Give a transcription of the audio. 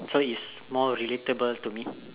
so it's more relatable to me